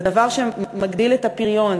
זה דבר שמגדיל את הפריון,